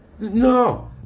No